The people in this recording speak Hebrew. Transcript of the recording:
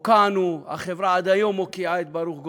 הוקענו, החברה עד היום מוקיעה את ברוך גולדשטיין.